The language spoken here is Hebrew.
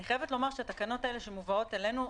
אני חייבת לומר שהתקנות האלה שמובאות אלינו,